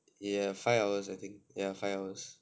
ya five hours I think yeah five hours